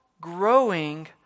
growing